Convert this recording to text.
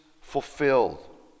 fulfilled